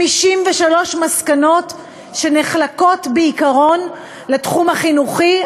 53 מסקנות שנחלקות בעיקרון לתחום החינוכי,